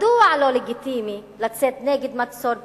מדוע לא לגיטימי לצאת נגד מצור פוליטי?